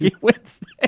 Wednesday